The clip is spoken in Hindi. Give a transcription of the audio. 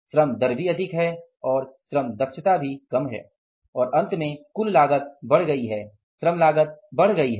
श्रम दर भी अधिक है श्रम दक्षता भी कम है और अंत में कुल लागत बढ़ गई है श्रम लागत बढ़ गई है